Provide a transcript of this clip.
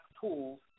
tools